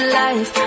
life